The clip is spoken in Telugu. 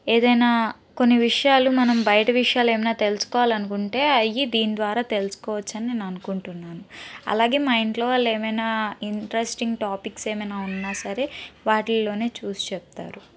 ఏదైనా కొన్ని విషయాలు మనం బయట విషయాలు ఏమన్నా తెలుసుకోవాలని అనుకుంటే అవి దీని ద్వారా తెలుసుకోవచ్చు అని నేను అనుకుంటున్నాను అలాగే మా ఇంట్లో వాళ్ళు ఏదైనా ఇంట్రెస్టింగ్ టాపిక్ ఏమైనా ఉన్నా సరే వాటిల్లోనే చూసి చెప్తారు